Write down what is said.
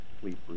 sleep